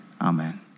amen